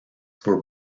were